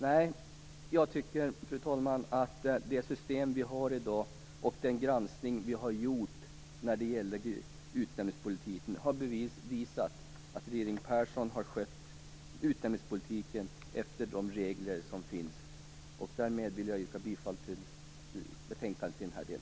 Nej, fru talman, jag tycker att det system som vi i dag har och den granskning som vi gjort när det gäller utnämningspolitiken har visat att regeringen Persson har skött utnämningspolitiken enligt de regler som finns. Därmed yrkar jag på godkännande av utskottets anmälan i denna del.